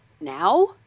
now